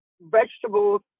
vegetables